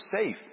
safe